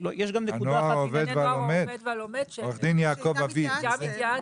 הנוער העובד והלומד, עורך הדין יעקב אביד,